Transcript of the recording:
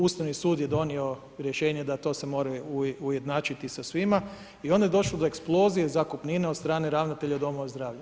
Ustavni sud je donio rješenje da to se mora ujednačiti sa svima i onda je došlo do eksplozija zakupnine od strane ravnatelja domova zdravlja.